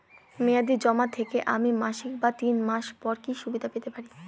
মেয়াদী জমা থেকে আমি মাসিক বা তিন মাস পর কি সুদ পেতে পারি?